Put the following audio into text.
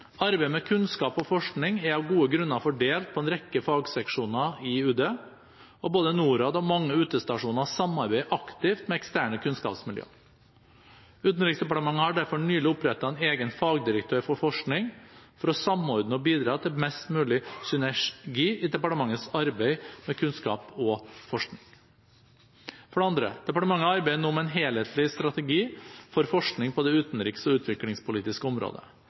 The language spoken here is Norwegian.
Arbeidet med kunnskap og forskning er av gode grunner fordelt på en rekke fagseksjoner i Utenriksdepartementet, og både Norad og mange utestasjoner samarbeider aktivt med eksterne kunnskapsmiljøer. Utenriksdepartementet har derfor nylig opprettet en egen fagdirektør for forskning, for å samordne og bidra til best mulig synergi i departementets arbeid med kunnskap og forskning. For det andre: Departementet arbeider nå med en helhetlig strategi for forskning på det utenriks- og utviklingspolitiske området.